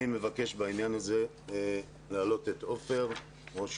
אני מבקש בעניין הזה להעלות את עופר רימון,